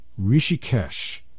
Rishikesh